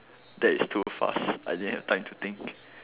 that is too fast I didn't have time to think